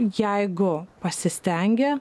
jeigu pasistengia